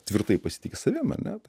tvirtai pasitiki savim ar ne tai